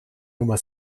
nummer